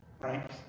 right